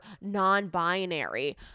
non-binary